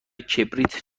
کبریت